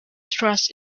trust